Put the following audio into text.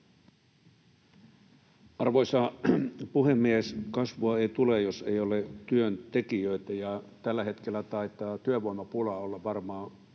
Arvoisa puhemies! Kasvua ei tule, jos ei ole työn tekijöitä, ja tällä hetkellä taitaa työvoimapula olla varmaan